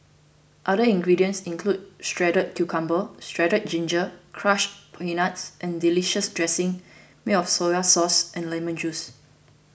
other ingredients include shredded cucumber shredded ginger crushed peanuts and delicious dressing made of soy sauce and lemon juice